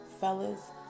fellas